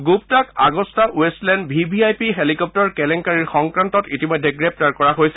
গুপ্তাক আণ্ডটা ৰেষ্টলেণ্ড V V I P helicopter কেলেংকাৰীৰ সংক্ৰান্ত ইতিমধে গ্ৰেপ্তাৰ কৰা হৈছে